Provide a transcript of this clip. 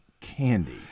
candy